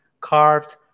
carved